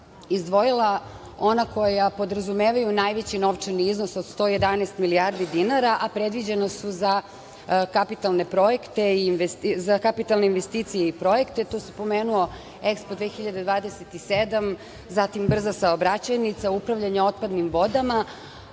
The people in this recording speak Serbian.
izdvojila ona koja podrazumevaju najveći novčani iznos od 111 milijardi dinara, a predviđena su za kapitalne projekte, za kapitalne investicije i projekte. Tu se pomenuo Ekspo 2027, zatim brza saobraćajnica, upravljanje otpadnim vodama,